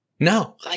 No